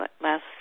last